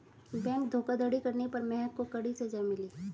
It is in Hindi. बैंक धोखाधड़ी करने पर महक को कड़ी सजा मिली